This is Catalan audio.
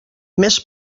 més